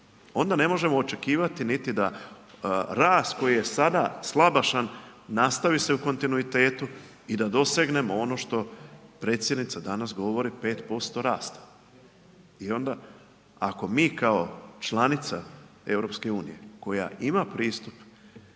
onda ne možemo očekivati niti da rast koji je sada slabašan, nastavi se u kontinuitetu i da dosegnemo ono što predsjednica danas govori 5% rasta. I onda ako mi kao članica EU koja ima pristup